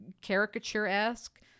caricature-esque